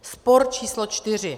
Spor číslo 4.